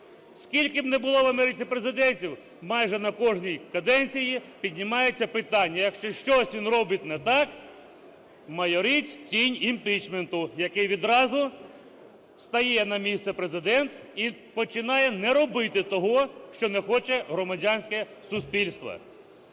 Скільки не було в Америці президентів, майже на кожній каденції піднімається питання, якщо щось він робить не так, майорить тінь імпічменту, який відразу… стає на місце президент і починає не робити того, що не хоче громадянське суспільство.